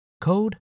code